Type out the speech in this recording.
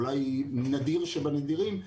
אולי נדיר שבנדירים,